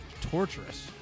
torturous